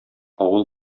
авыл